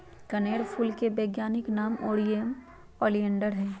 कनेर फूल के वैज्ञानिक नाम नेरियम ओलिएंडर हई